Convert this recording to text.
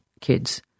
kids